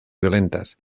violentas